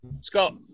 Scott